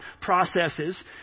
processes